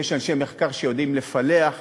יש אנשי מחקר שיודעים לפלח ממש,